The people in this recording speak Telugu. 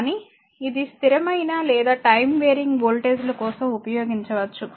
కానీ ఇది స్థిరమైన లేదా టైమ్ వెరీయింగ్ వోల్టేజ్ ల కోసం ఉపయోగించవచ్చు